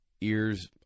ears